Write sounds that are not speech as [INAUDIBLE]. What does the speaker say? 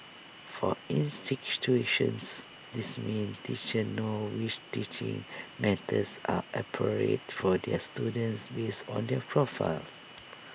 for [UNINTELLIGIBLE] this means teachers know which teaching methods are appropriate for their students based on their profiles